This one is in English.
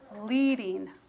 leading